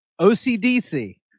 OCDC